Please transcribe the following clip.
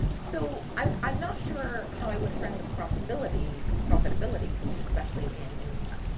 so i'm not sure how i would frame the profitability, profitability piece especially, in um yeah